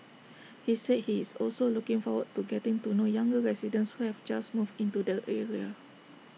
he said he is also looking forward to getting to know younger residents who have just moved into the area